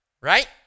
right